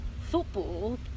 football